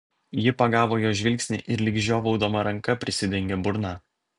ji pagavo jo žvilgsnį ir lyg žiovaudama ranka prisidengė burną